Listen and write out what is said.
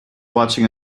watching